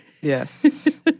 Yes